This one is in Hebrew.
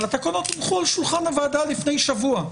אבל התקנות הונחו על שולחן הוועדה לפני שבוע.